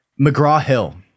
McGraw-Hill